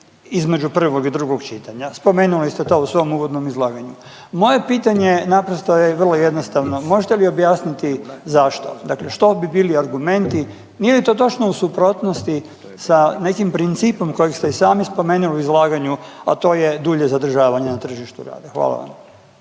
između prvog i drugog čitanja. Spomenuli ste to u svom uvodnom izlaganju. Moje pitanje naprosto je vrlo jednostavno, možete mi objasniti zašto, dakle što bi bili argumenti, nije li to točno u suprotnosti sa nekim principom kojeg ste i sami spomenuli u izlaganju, a to je dulje zadržavanje na tržištu rada. Hvala vam.